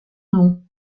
nom